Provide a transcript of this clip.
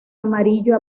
amarillo